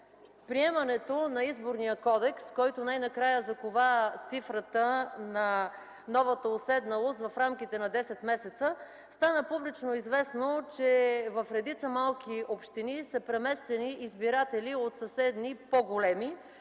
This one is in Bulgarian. приемането на Изборния кодекс, който най-накрая закова цифрата на новата уседналост в рамките на 10 месеца, стана публично известно, че в редица малки общини са преместени избиратели от съседни по-големи,